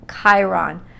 Chiron